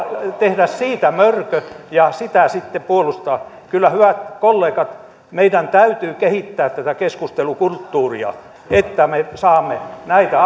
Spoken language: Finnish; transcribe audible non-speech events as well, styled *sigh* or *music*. tehdä siitä mörkö ja sitä sitten puolustaa hyvät kollegat kyllä meidän täytyy kehittää tätä keskustelukulttuuria että me saamme näitä *unintelligible*